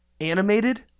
animated